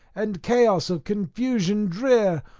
and chaos of confusion drear,